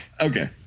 Okay